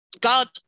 God